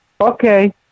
Okay